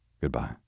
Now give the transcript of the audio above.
Goodbye